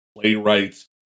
playwrights